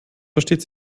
versteht